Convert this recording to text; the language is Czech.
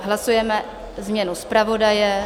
Hlasujeme změnu zpravodaje.